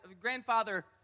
grandfather